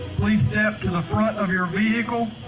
please step to the front of your vehicle,